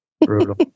Brutal